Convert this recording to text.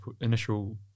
initial